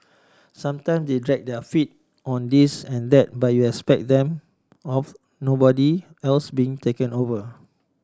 sometime they drag their feet on this and that but you expect them of nobody else being taken over